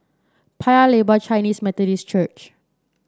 Paya Lebar Chinese Methodist Church